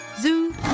Zoo